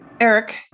Eric